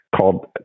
called